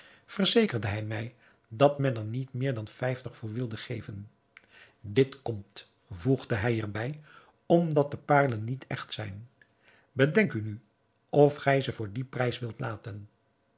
verzekerde hij mij dat men er niet meer dan vijftig voor wilde geven dit komt voegde hij er bij omdat de paarlen niet echt zijn bedenk u nu of gij ze voor dien prijs wilt laten